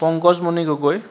Pankaj Mani Gogoi